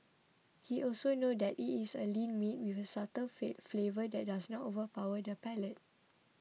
he also knows that it is a lean meat with a subtle flavour that does not overpower the palate